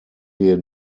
wir